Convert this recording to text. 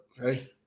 hey